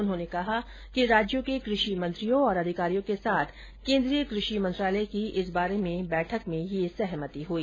उन्होंने कहा कि राज्यों के कृषि मंत्रियों और अधिकारियों के साथ केन्द्रीय कृषि मंत्रालय की इस बारे में बैठक में यह सहमति हुई